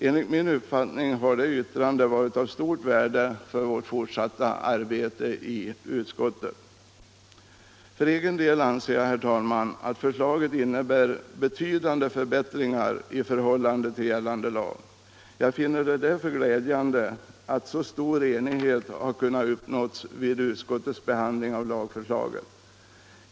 Enligt min uppfattning har det yttrandet varit av stort värde för vårt fortsatta arbete i utskottet. För egen del anser jag, herr talman, att förslaget innebär betydande förbättringar i förhållande till gällande lag. Jag finner det därför glädjande att så stor enighet har kunnat uppnås vid utskottets behandling av lagförslaget.